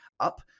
up